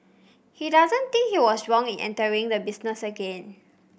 he doesn't think he was wrong in entering the business again